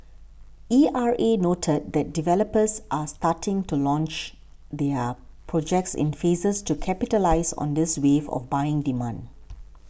E R A noted that developers are starting to launch their projects in phases to capitalise on this wave of buying demand